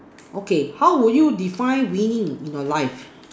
okay how will you define winning in your life